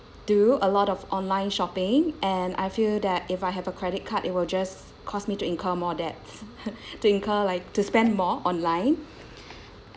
I do a lot of online shopping and I feel that if I have a credit card it will just caused me to incur more debts to incur like to spend more online